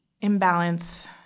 imbalance